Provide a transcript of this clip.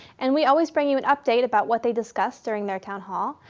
and we always bring you an update about what they discussed during their town hall.